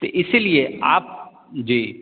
तो इसीलिए आप जी